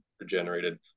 regenerated